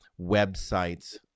websites